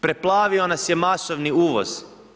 Preplavio nas je masovni uvoz.